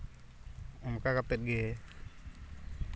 ᱚᱱᱠᱟ ᱠᱟᱛᱮᱫ ᱜᱮ